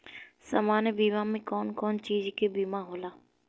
सामान्य बीमा में कवन कवन चीज के बीमा होला?